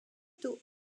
tôt